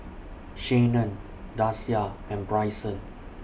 Shanon Dasia and Bryson